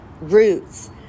roots